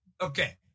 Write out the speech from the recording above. Okay